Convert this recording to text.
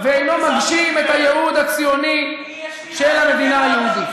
ואינו מגשים את הייעוד הציוני של המדינה היהודית.